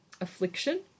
affliction